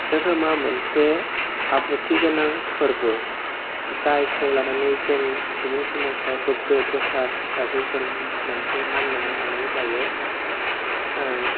दोहोरोमा मोनसे आब्रुथि गोनां फोरबो जायखौ लानानै जों सुबुं समाजाव गोगो गोथार हिसाबै जों मोनसे मानिनानै लानाय जायो